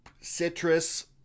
citrus